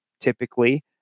typically